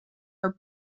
are